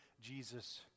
Jesus